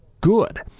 good